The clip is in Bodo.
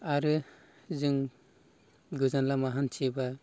आरो जों गोजान लामा हान्थियोबा